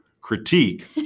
critique